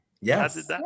Yes